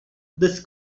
this